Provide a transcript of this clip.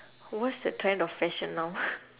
what's the trend of fashion now